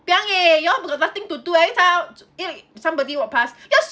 !piang! eh you all got nothing to do every time if somebody walk pass just